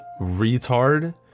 retard